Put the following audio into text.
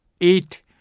Eight